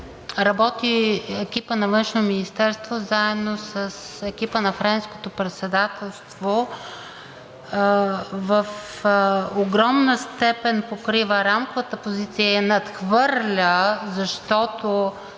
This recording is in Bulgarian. работи екипът на Външно министерство, заедно с екипа на Френското председателство, в огромна степен покрива Рамковата позиция и я надхвърля, защото